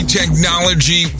technology